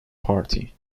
party